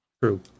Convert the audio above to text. true